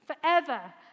forever